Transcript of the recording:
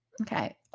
Okay